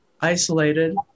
isolated